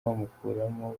bamukuramo